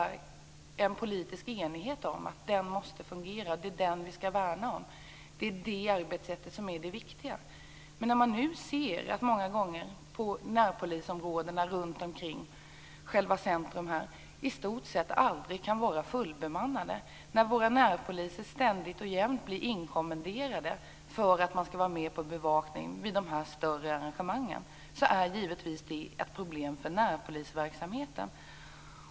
Det finns en politisk enighet om att närpolisverksamheten måste fungera och att det är den vi skall värna om. Det är det arbetssättet som är det viktiga. Vi ser nu att närpolisstyrkorna i områdena runt centrum i stort sett aldrig är fullbemannade därför att våra närpoliser ständigt och jämt blir inkommenderade för att vara med på bevakning vid de större arrangemangen. Det är givetvis ett problem för närpolisverksamheten.